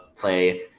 play